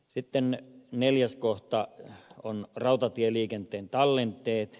sitten neljäs kohta on rautatieliikenteen tallenteet